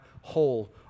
whole